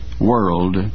world